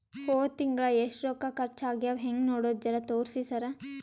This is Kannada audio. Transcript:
ಹೊದ ತಿಂಗಳ ಎಷ್ಟ ರೊಕ್ಕ ಖರ್ಚಾ ಆಗ್ಯಾವ ಹೆಂಗ ನೋಡದು ಜರಾ ತೋರ್ಸಿ ಸರಾ?